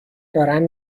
دارم